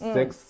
Six